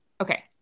Okay